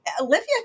Olivia